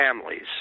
families